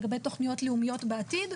לגבי תוכניות לאומיות בעתיד,